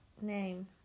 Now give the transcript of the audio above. name